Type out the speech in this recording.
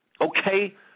Okay